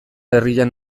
herrian